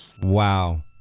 Wow